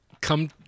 come